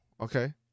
okay